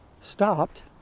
stopped